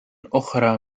أخرى